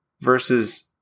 versus